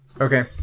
Okay